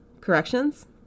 Corrections